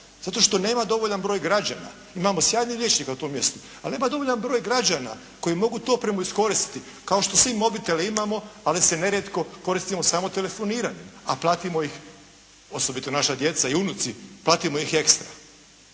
Zato što nema dovoljan broj građana. Imamo sjajnih liječnika na tom mjestu, ali nema dovoljan broj građana koji mogu tu opremu iskoristiti. Kao što svi mobitele imamo, ali se nerijetko koristimo samo telefoniranjem, a platimo ih, osobito naša djeca i unuci, platimo ih ekstra.